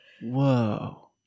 whoa